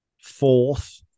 fourth